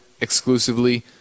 exclusively